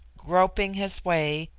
groping his way,